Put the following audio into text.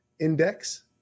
index